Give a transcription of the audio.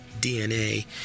DNA